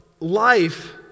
life